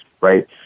Right